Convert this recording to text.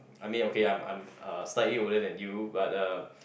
I mean okay I'm I'm uh slightly older than you but uh